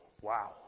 Wow